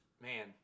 man